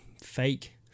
fake